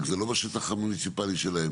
רק זה לא בשטח המוניציפלי שלהן